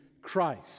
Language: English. Christ